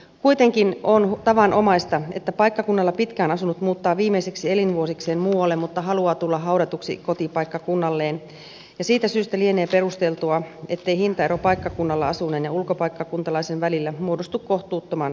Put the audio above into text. kuitenkin on tavanomaista että paikkakunnalla pitkään asunut muuttaa viimeisiksi elinvuosiksiin muualle mutta haluaa tulla haudatuksi kotipaikkakunnalleen ja siitä syystä lienee perusteltua ettei hintaero paikkakunnalla asuneen ja ulkopaikkakuntalaisen välillä muodostu kohtuuttoman suureksi